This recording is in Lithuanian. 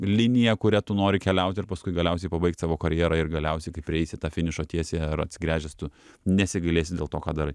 linija kuria tu nori keliaut ir paskui galiausiai pabaigt savo karjerą ir galiausiai kai prieisi tą finišo tiesiąją ar atsigręžęs tu nesigailėsi dėl to ką darai